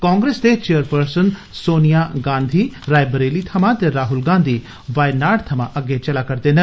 कांग्रेस दी चेयरपर्सन सोनिया गांधी रायबरेली थमां ते राहुल गांधी वायनाड थमां अग्गै चलै रदे न